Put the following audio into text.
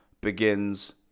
begins